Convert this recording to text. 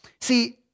See